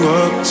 up